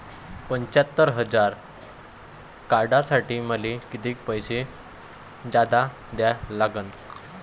पंच्यात्तर हजार काढासाठी मले कितीक पैसे जादा द्या लागन?